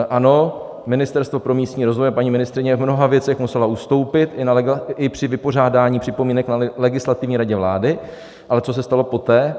Ano, Ministerstvo pro místní rozvoj a paní ministryně v mnoha věcech musela ustoupit i při vypořádání připomínek na Legislativní radě vlády, ale co se stalo poté?